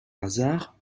hasard